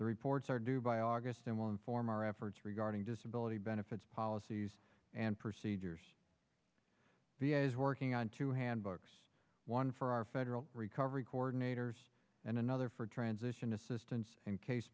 the reports are due by august and will inform our efforts regarding disability benefits policies and procedures working on two handbook one for our federal recovery coordinator and another for transition assistance in case